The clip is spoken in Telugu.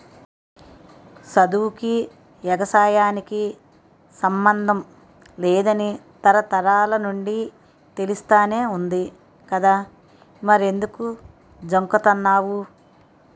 సదువుకీ, ఎగసాయానికి సమ్మందం లేదని తరతరాల నుండీ తెలుస్తానే వుంది కదా మరెంకుదు జంకుతన్నావ్